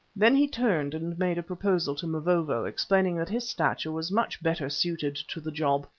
then he turned and made a proposal to mavovo, explaining that his stature was much better suited to the job.